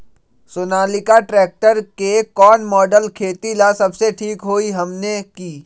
Sonalika tractor के कौन model खेती ला सबसे ठीक होई हमने की?